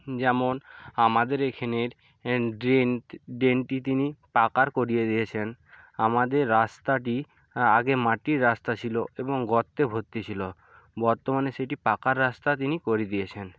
যেমন আমাদের এখেনের ড্রেন ড্রেনটি তিনি পাকা করিয়ে দিয়েছেন আমাদের রাস্তাটি আগে মাটির রাস্তা ছিল এবং গর্তে ভর্তি ছিল বর্তমানে সেটি পাকা রাস্তা তিনি করে দিয়েছেন